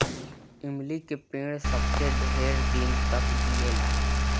इमली के पेड़ सबसे ढेर दिन तकले जिएला